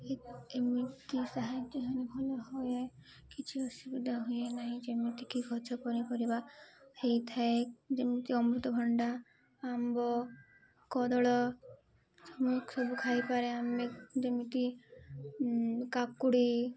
ଏମିତି ସାହାଯ୍ୟ ମାନେ ଭଲ ହୁଏ କିଛି ଅସୁବିଧା ହୁଏ ନାହିଁ ଯେମିତିକି ଗଛ ପନିପରିବା ହେଇଥାଏ ଯେମିତି ଅମୃତଭଣ୍ଡା ଆମ୍ବ କଦଳୀ ସବୁ ଖାଇପାରେ ଆମେ ଯେମିତି କାକୁଡ଼ି